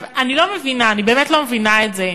אני לא מבינה, אני באמת לא מבינה את זה.